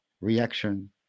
reaction